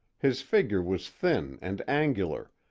his figure was thin and angular,